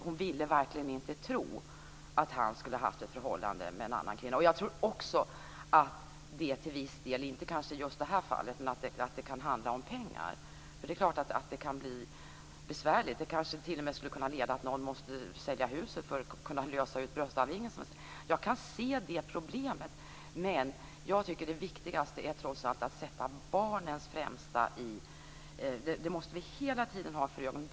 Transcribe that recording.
Hon ville verkligen inte tro att han skulle ha haft ett förhållande med en annan kvinna. Jag tror också att det till viss del - kanske inte just i detta fall - kan handla om pengar. Det är klart att det kan bli besvärligt. Det kanske t.o.m. skulle kunna leda till att någon måste sälja huset för att kunna lösa ut bröstarvingen. Jag kan se det problemet, men jag tycker att det viktigaste trots allt är barnens främsta. Det måste vi hela tiden ha för ögonen.